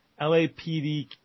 LAPD